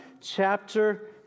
chapter